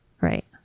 right